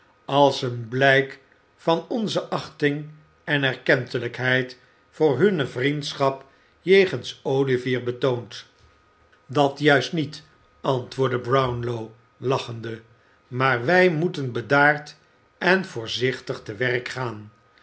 as een blijk van onze achting en erkentelijkheid voor hunne vriendschap jegens olivier betoond dat juist niet antwoordde brown'ow lachende maar wij moeten bedaard en voorzichtig te werk gaan